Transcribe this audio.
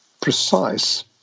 precise